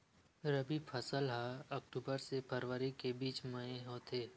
रबी फसल हा अक्टूबर से फ़रवरी के बिच में होथे